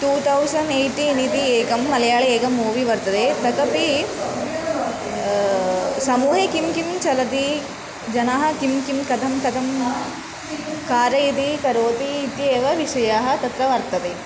two thousand eighteen इति एकं मलयालि एकं मूवी वर्तते तदपि समूहे किं किं चलति जनाः किं किं कथं कथं कारयति करोति इत्येव विषयाः तत्र वर्तते